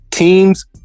Teams